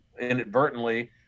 inadvertently